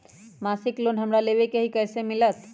मासिक लोन हमरा लेवे के हई कैसे मिलत?